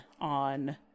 on